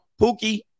Pookie